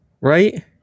right